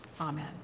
Amen